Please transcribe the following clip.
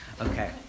Okay